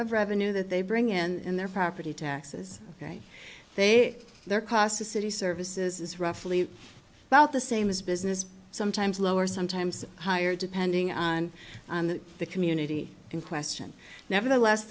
of revenue that they bring in their property taxes ok they their cost the city services is roughly about the same as business sometimes lower sometimes higher depending on the community in question nevertheless